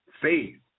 faith